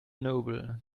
noble